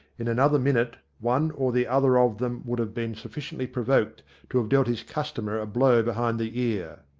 in another minute one or the other of them would have been sufficiently provoked to have dealt his customer a blow behind the ear.